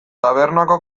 tabernako